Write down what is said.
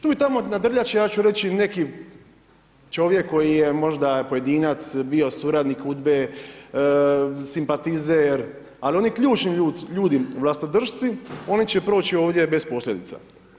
Tu i tamo nadrljati će, ja ću reći, neki čovjek koji je možda pojedinac, bio suradnik UDBA-e, simpatizer, ali oni ključni ljudi, vlastodršci, oni će proći, ovdje bez posljedica.